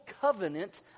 Covenant